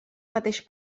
mateix